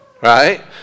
right